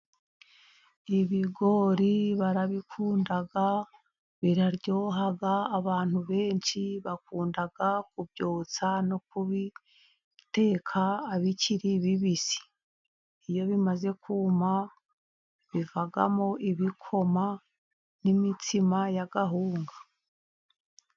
Ibigori barabikunda, biraryoha, abantu benshi bakunda kubyotsa no kubiteka ibikiri bibisi, iyo bimaze kuma bivamo ibikoma n'imitsima y'agahunga.